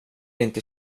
inte